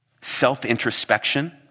self-introspection